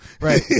right